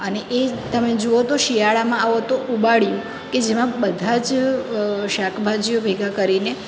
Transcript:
અને એ જ તમે જુઓ તો શિયાળામાં આવો તો ઉંબાડિયું કે જેમાં બધાં જ શાકભાજીઓ ભેગાં કરીને